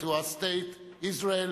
and to the State of Israel.